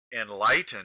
enlightened